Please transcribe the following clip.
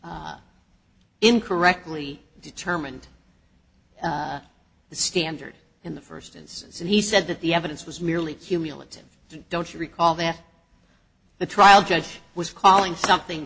incorrectly determined the standard in the first instance and he said that the evidence was merely cumulative don't you recall that the trial judge was calling something